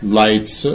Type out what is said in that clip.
lights